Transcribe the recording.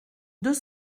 deux